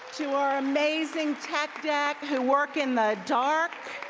to our amazing tech deck who work in the dark.